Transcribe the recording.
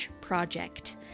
Project